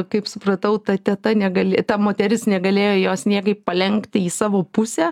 kaip supratau ta teta negali ta moteris negalėjo jos niekaip palenkti į savo pusę